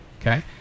Okay